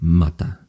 mata